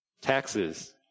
taxes